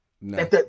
No